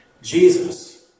Jesus